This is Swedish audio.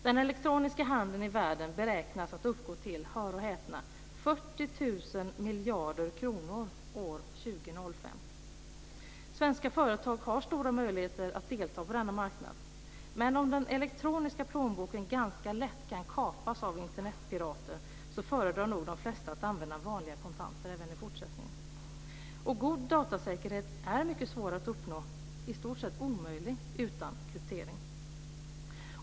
Den elektroniska handeln i världen beräknas uppgå till - hör och häpna - 40 000 miljarder kronor år 2005. Svenska företag har stora möjligheter att delta på denna marknad. Men om den elektroniska plånboken ganska lätt kan kapas av Internetpirater, så föredrar nog de flesta att använda vanliga kontanter även i fortsättningen. Och god datasäkerhet är mycket svår att uppnå - i stort sett omöjlig - utan kryptering.